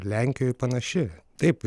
lenkijoj panaši taip